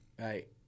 Right